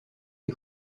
les